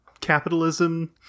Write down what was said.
capitalism